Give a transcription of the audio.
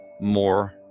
more